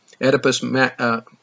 Oedipus